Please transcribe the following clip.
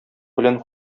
белән